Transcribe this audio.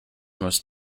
most